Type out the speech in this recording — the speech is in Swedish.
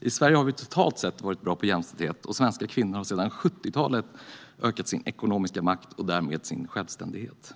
I Sverige har vi totalt sett varit bra på jämställdhet, och svenska kvinnor har sedan 1970-talet ökat sin ekonomiska makt och därmed sin självständighet.